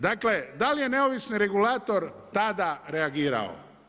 Dakle, da li je neovisni regulator tada reagirao?